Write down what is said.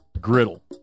Griddle